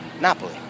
Napoli